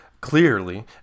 clearly